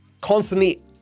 constantly